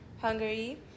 hungary